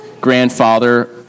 grandfather